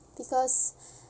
because